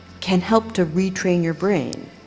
can help to retrain your brain,